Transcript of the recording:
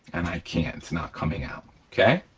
and i can't, it's not coming out, okay?